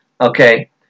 Okay